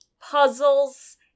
puzzles